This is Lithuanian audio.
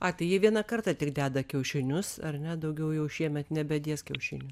jievieną kartą tik deda kiaušinius ar ne daugiau jau šiemet nebedės kiaušinių